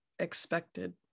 Expected